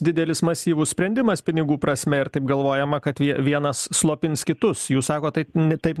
didelis masyvus sprendimas pinigų prasme ir taip galvojama kad vie vienas slopins kitus jūs sakot taip ne taip